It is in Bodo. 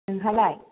नोंहालाय